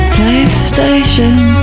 PlayStation